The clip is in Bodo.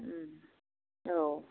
औ